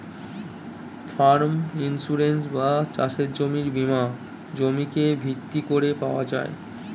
farm insurance বা চাষের জমির বীমা জমিকে ভিত্তি করে পাওয়া যায়